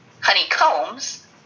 honeycombs